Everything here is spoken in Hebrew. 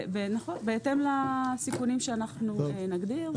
נכון, בהתאם לסיכונים שאנחנו נגדיר.